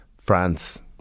France